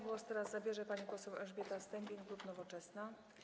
Głos teraz zabierze pani poseł Elżbieta Stępień, klub Nowoczesna.